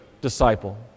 disciple